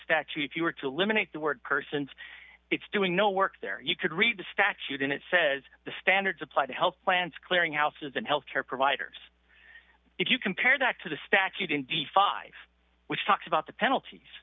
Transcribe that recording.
statute if you were to eliminate the word persons it's doing no work there you could read the statute and it says the standards apply to health plans clearing houses and health care providers if you compare that to the statute in the five which talks about the penalties